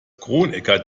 kronecker